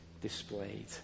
displayed